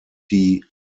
die